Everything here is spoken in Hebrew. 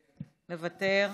מוותר.